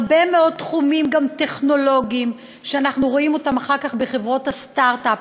גם הרבה מאוד תחומים טכנולוגיים שאנחנו רואים אחר כך בחברות סטרט-אפ,